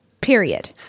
period